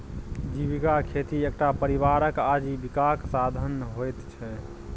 जीविका खेती एकटा परिवारक आजीविकाक साधन होइत छै